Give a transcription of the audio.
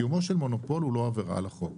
קיומו של מונופול הוא לא עבירה על החוק.